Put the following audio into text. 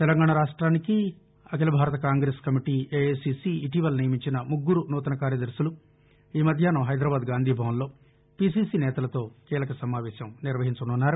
తెలంగాణ రాష్ట్వానికి అఖిల భారత కాంగ్రెస్ కమిటీ ఎఐసిసి ఇటీవల నియమించిన ముగ్గురు నూతన కార్యదర్శులు ఈ మధ్యాహ్నం హైదరాబాద్ గాంధీభవన్లో పిసిసి నేతలతో కీలక సమావేశం నిర్వహించనున్నారు